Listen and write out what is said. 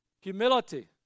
Humility